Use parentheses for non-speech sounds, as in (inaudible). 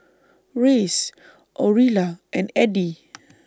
Reyes Aurilla and Addie (noise)